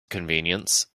convenience